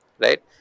right